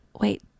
wait